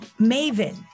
maven